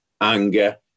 anger